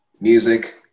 music